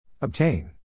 Obtain